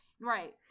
right